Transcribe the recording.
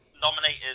nominated